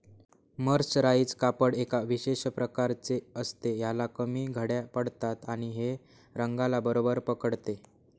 mercerise कापड एका विशेष प्रकारचे असते, ह्याला कमी घड्या पडतात आणि हे रंगाला बरोबर पकडते